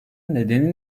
nedeni